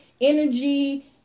energy